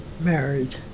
married